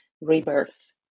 rebirth